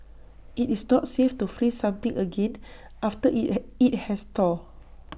IT is not safe to freeze something again after IT has IT has thawed